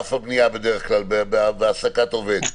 בענף הבנייה בדרך כלל בהעסקת עובד?